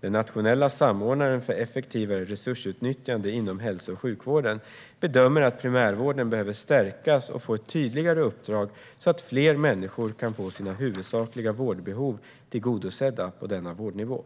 Den nationella samordnaren för effektivare resursutnyttjande inom hälso och sjukvården bedömer att primärvården behöver stärkas och få ett tydligare uppdrag, så att fler människor kan få sina huvudsakliga vårdbehov tillgodosedda på denna vårdnivå.